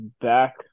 back